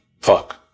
fuck